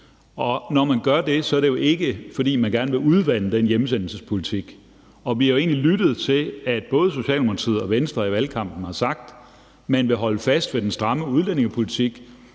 og når man gør det, er det jo ikke, fordi man gerne vil udvande den hjemsendelsespolitik. Og vi har jo egentlig lyttet til, at både Socialdemokratiet og Venstre i valgkampen har sagt, at man vil holde fast ved den stramme udlændingepolitik.